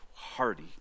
hardy